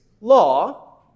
law